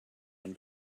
one